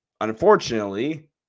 Unfortunately